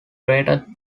greatest